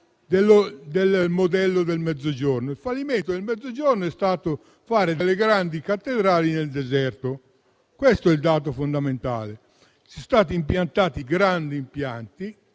del modello del Mezzogiorno. Il fallimento del Mezzogiorno è stato fare grandi cattedrali nel deserto: questo è il dato fondamentale. Sono stati collocati i grandi impianti